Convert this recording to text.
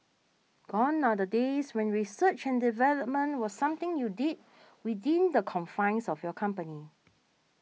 gone are the days when research and development was something you did within the confines of your company